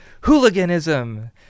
Hooliganism